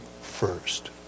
first